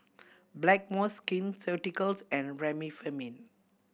Blackmores Skin Ceuticals and Remifemin